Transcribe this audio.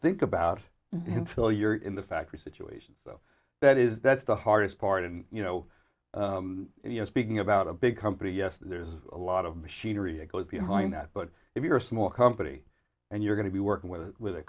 think about it until you're in the factory situation that is that's the hardest part and you know you know speaking about a big company yes there's a lot of machinery it goes behind that but if you're a small company and you're going to be working with